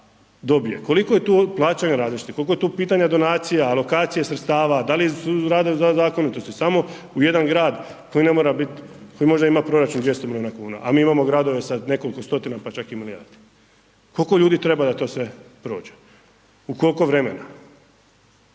dobije, koliko je tu plaćanja različitih, kolko je tu pitanja donacija, alokacije sredstava, da li rade zakonitosti samo u jedan grad koji ne mora bit, koji možda ima proračun 200 miliona kuna, a mi imamo gradove sa nekoliko stotina pa čak i milijardi. Koliko ljudi treba da to sve prođe, u kolko vremena?